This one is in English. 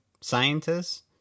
scientists